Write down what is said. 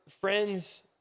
friends